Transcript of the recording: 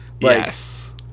Yes